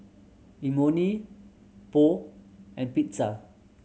Imoni Pho and Pizza